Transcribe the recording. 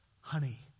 honey